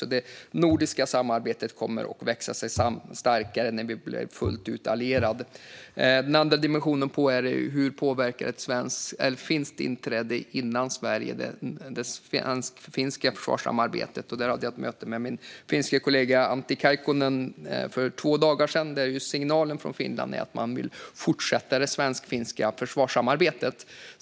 Det nordiska samarbetet kommer att växa sig starkare när vi blir allierade fullt ut med Nato. En annan dimension av detta är hur ett finskt inträde i Nato före ett svenskt påverkar det svensk-finska försvarssamarbetet. Jag hade ett möte med min finske kollega Antti Kaikkonen för två dagar sedan, och signalen från Finland är att man vill fortsätta det svensk-finska försvarssamarbetet.